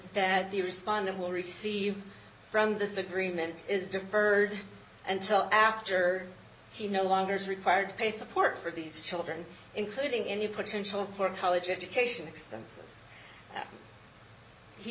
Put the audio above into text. that the respondent will receive from this agreement is diverted until after he no longer is required to pay support for these children including any potential for college education expenses he